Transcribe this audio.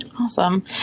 Awesome